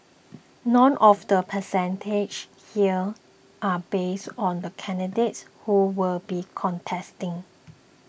none of the percentages here are based on the candidates who will be contesting